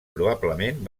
probablement